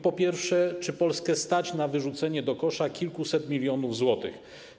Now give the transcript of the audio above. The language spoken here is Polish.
Po pierwsze, czy Polskę stać na wyrzucenie do kosza kilkuset milionów złotych?